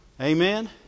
Amen